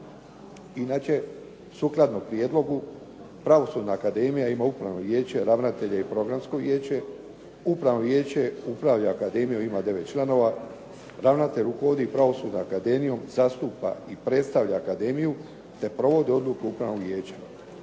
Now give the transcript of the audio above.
Inače, sukladno prijedlogu Pravosudna akademija ima upravno vijeće, ravnatelja i programsko vijeće. Upravno vijeće upravlja akademijom i ima 9 članova, ravnatelj rukovodi Pravosudnom akademijom, zastupa i predstavlja akademiju te provodi odluku Upravnog vijeća.